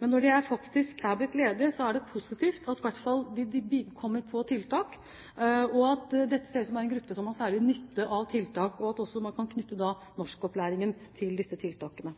men når de faktisk er blitt ledige, er det positivt at de i hvert fall deltar på tiltak. Det ser ut til at dette er en gruppe som har særlig nytte av tiltak, og at man da kan knytte norskopplæring til disse tiltakene.